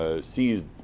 seized